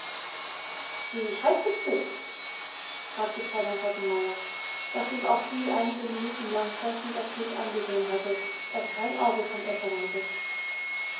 wie heißest du fragte fräulein rottenmeier nachdem auch sie einige minuten lang forschend das kind angesehen hatte das kein auge von ihr verwandte